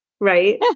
right